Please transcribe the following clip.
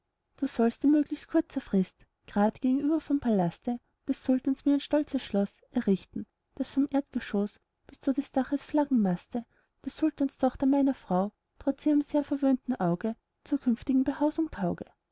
du sollst in möglichst kurzer frist grad gegenüber vom palaste des sultans mir ein stolzes schloß errichten das vom erdgeschoß bis zu des daches flaggenmaste der sultanstochter meiner frau trotz ihrem sehr verwöhnten auge zur künftigen behausung tauge